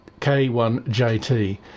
K1JT